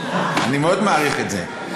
אני מאוד מעריך את זה.